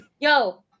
Yo